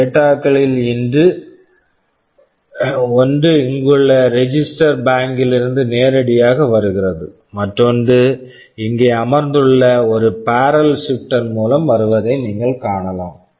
data data களில் ஒன்று இங்குள்ள ரெஜிஸ்டர் பேங்க் register bank லிருந்து நேரடியாக வருகிறது மற்றொன்று இங்கே அமர்ந்துள்ள ஒரு பாரல் ஷிப்ட்டர் barrel shifter மூலம் வருவதை நீங்கள் காணலாம்